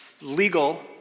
legal